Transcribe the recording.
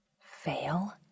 Fail